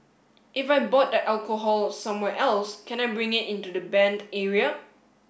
if I bought the alcohol somewhere else can I bring it into the banned area